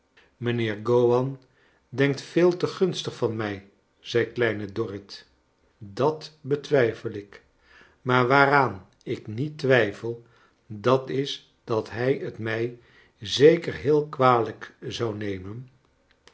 mijnheer gowan denkt veel te gunstig van mij zei kleine dorrit dat betwijfel ik maar waaraan ik met twijfel dat is dat hij t mij zeker heel kwalijk zou nemeii